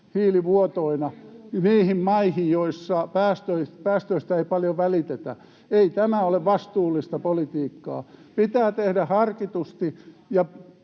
maihin, [Niina Malmin välihuuto] joissa päästöistä ei paljon välitetä. Ei tämä ole vastuullista politiikkaa. Pitää tehdä harkitusti